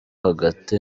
hagati